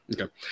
Okay